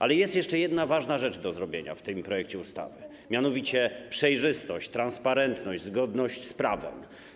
Ale jest jeszcze jedna ważna rzecz do zrobienia w tym projekcie ustawy, mianowicie kwestia przejrzystości, transparentności, zgodności z prawem.